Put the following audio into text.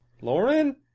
Lauren